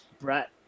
Brett